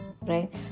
right